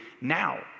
now